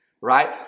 right